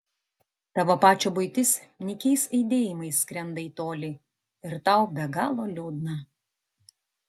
tavo pačio buitis nykiais aidėjimais skrenda į tolį ir tau be galo liūdna